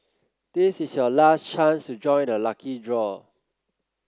this is your last chance to join the lucky draw